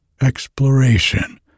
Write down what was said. exploration